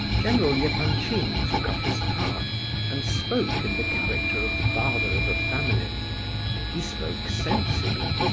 general yeah epanchin took up his part and spoke in the character of father of a family he spoke sensibly,